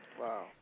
Wow